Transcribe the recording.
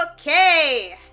Okay